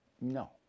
no